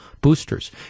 boosters